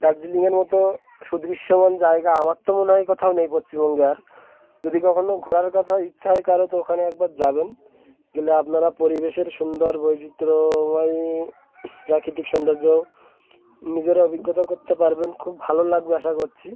দার্জিলিংয়ের মতো সুদৃশ্যমান জায়গা আমার তো মনে হয় কোথাও নেই পশ্চিমবঙ্গে আর যদি কখনো ঘোরার কথা ইচ্ছা হয় কারো তো ওখানে একবার যাবেন গেলে আপনারা পরিবেশের সুন্দর বৈচিত্র্যময় প্রাকৃতিক সৌন্দর্যও নিজেরা অভিজ্ঞতা করতে পারবেন খুব ভালো লাগবে আশা করছি